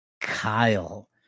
Kyle